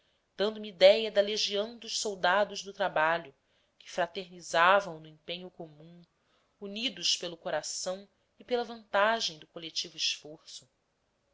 prêmios dando-me idéia da legião dos soldados do trabalho que fraternizavam no empenho comum unidos pelo coração e pela vantagem do coletivo esforço